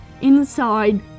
Inside